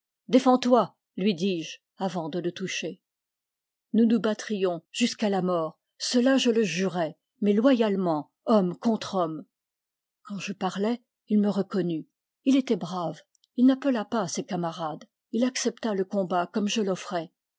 défends-toi lui dis-je avant de le toucher nous nous battrions jusqu'à la mort cela je le jurais maitj loyalement homme contre homme quand je parlai il me reconnut il était brave il n'appela pas ses camarades il accepta le combat comme je l'offrais